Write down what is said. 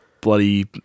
bloody